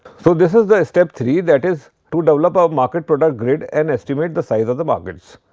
so, this is the step three that is to develop our market but ah grid and estimate the size of the markets.